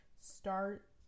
start